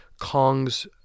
Kong's